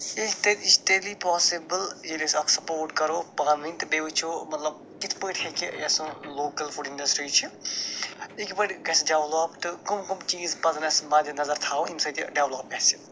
یہِ چھِ تیٚلہِ یہِ چھِ تیٚلی پاسِبٕل ییٚلہِ أسۍ اکھ سپوٹ کَرو پانہٕ ؤنۍ تہٕ بیٚیہِ وٕچھو مطلب کِتھ پٲٹھۍ ہٮ۪کہِ یۄسہٕ لوکل فُڈ انڈسٹرٛی چھِ یہِ کِتھ پٲٹھۍ گَژھِ ڈٮ۪ولَپ تہٕ کَم کَم چٖیٖز پزن اَسہِ مَدِ نظر تھاوٕنۍ ییٚمہِ سۭتۍ یہِ ڈٮ۪ولَپ گَژھِ